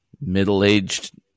middle-aged